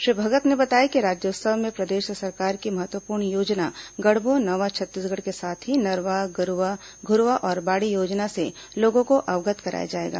श्री भगत ने बताया कि राज्योत्सव में प्रदेश सरकार की महत्वपूर्ण योजना गढ़बो नवा छत्तीसगढ़ के साथ ही नरवा गरूवा घुरूवा और बाड़ी योजना से लोगों को अवगत कराया जाएगा